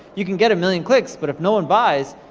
you can get a million clicks, but if no one buys,